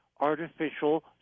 artificial